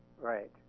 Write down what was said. Right